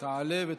תעלה ותבוא.